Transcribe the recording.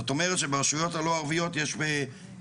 זאת אומרת שברשויות הלא ערביות יש למעלה